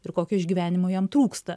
ir kokio išgyvenimo jam trūksta